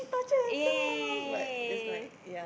yeah yeah yeah yeah yeah yeah yeha yeah